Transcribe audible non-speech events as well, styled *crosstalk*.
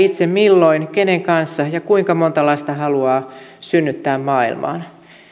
*unintelligible* itse milloin kenen kanssa ja kuinka monta lasta haluaa synnyttää maailmaan